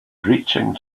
breaching